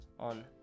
on